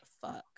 fuck